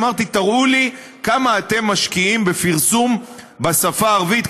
אמרתי: תראו לי כמה אתם משקיעים בפרסום בשפה הערבית,